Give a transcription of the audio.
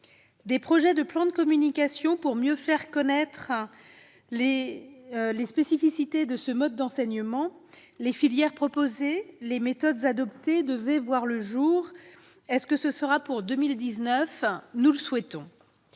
Des projets de plans de communication pour mieux faire connaître les spécificités de ce mode d'enseignement, les filières proposées et les méthodes adoptées devaient voir le jour. Est-ce que ce sera pour 2019 ? Nous le souhaitons.